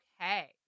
Okay